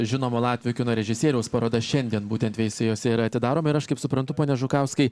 žinomo latvių kino režisieriaus paroda šiandien būtent veisiejuose yra atidaroma ir aš kaip suprantu pone žukauskai